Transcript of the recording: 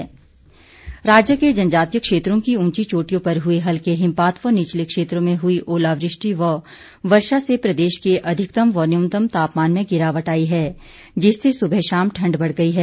मौसम राज्य के जनजातीय क्षेत्रों की उंची चोटियों पर हुए हल्के हिमपात व निचले क्षेत्रों में हुई ओलावृष्टि व वर्षा से प्रदेश के अधिकतम व न्यूनतम तापमान में गिरावट आई है जिससे सुबह शाम ठंड बढ़ गई है